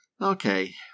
Okay